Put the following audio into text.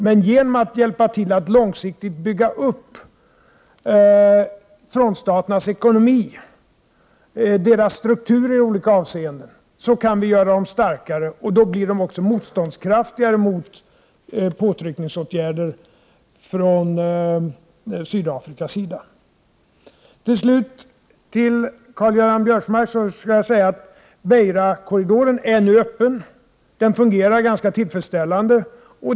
Men genom att hjälpa frontstaterna att långsiktigt bygga upp sin ekonomi och struktur i olika avseenden, kan vi göra dem starkare. Då blir de också mer motståndskraftiga mot påtryckningsåtgärder från Sydafrikas sida. Till slut vill jag till Karl-Göran Biörsmark säga att Beirakorridoren nu är öppen och fungerar ganska tillfredsställande.